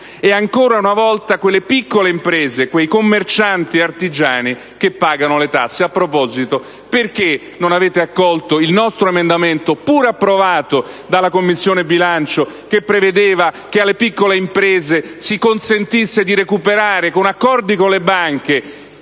e, ancora una volta, quelle piccole imprese, quei commercianti e artigiani che pagano le tasse. A proposito, perché non avete accolto il nostro emendamento, pur approvato dalla Commissione bilancio, che prevedeva che alle piccole imprese si consentisse di recuperare con accordi con le banche